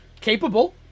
capable